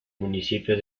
municipio